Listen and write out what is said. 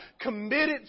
committed